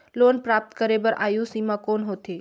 Loan प्राप्त करे बर आयु सीमा कौन होथे?